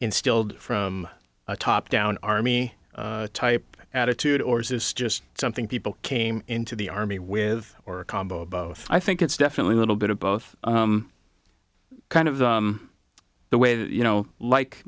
instilled from a top down army type attitude or is this just something people came into the army with or a combo of both i think it's definitely a little bit of both kind of the way that you know like